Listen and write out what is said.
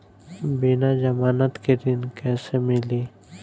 बिना जमानत के ऋण कैसे मिली?